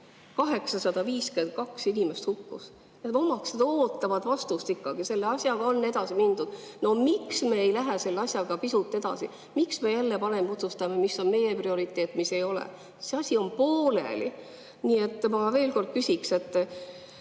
852 inimest hukkus –, omaksed ootavad vastust ikkagi. Selle asjaga on edasi mindud. Miks me ei lähe selle asjaga pisut edasi, miks me jälle otsustame, mis on meie prioriteet, mis ei ole? See asi on pooleli. Nii et ma veel kord küsin, et